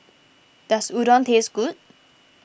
does Udon taste good